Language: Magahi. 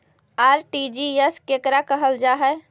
आर.टी.जी.एस केकरा कहल जा है?